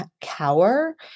cower